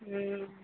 ହୁ